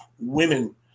women